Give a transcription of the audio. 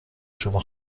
شما